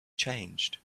changed